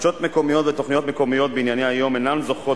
חדשות מקומיות ותוכניות מקומיות בענייני היום אינן זוכות,